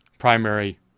primary